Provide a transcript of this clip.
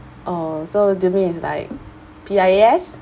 oh so do you mean it's like P_I_A_S